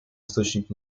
источник